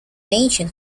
ancient